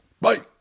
bye